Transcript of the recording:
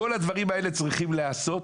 כל הדברים האלה צריכים להיעשות,